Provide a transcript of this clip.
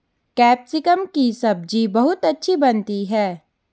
capsicum की सब्जी बहुत अच्छी बनती है